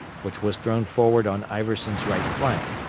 which was thrown forward on iverson's right flank,